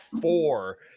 four